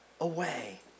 away